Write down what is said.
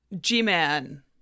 G-Man